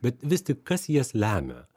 bet vis tik kas jas lemia